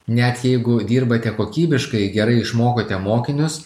net jeigu dirbate kokybiškai gerai išmokote mokinius